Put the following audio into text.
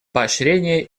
поощрение